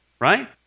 Right